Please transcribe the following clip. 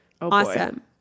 awesome